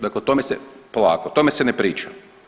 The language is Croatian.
Dakle, o tome se, polako, o tome se ne priča.